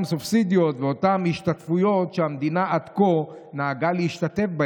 סובסידיות ואותן השתתפויות שהמדינה עד כה נהגה להשתתף,